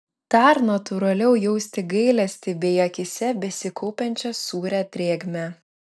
dar natūraliau jausti gailestį bei akyse besikaupiančią sūrią drėgmę